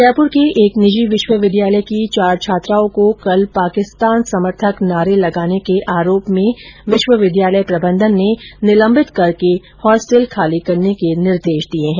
जयपुर के एक निजी विश्वविद्यालय की चार छात्राओं को कल पाकिस्तान समर्थक नारे लगाने के आरोप में विश्वविद्यालय प्रबंधन ने निलम्बित करके होस्टल खाली करने के निर्देश दिये है